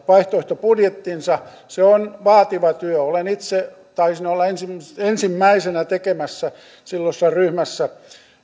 vaihtoehtobudjettinsa se on vaativa työ taisin olla itse ensimmäisenä tekemässä silloisessa ryhmässä